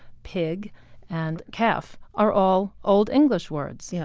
pig and calf are all old english words. yeah